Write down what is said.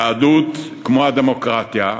היהדות, כמו הדמוקרטיה,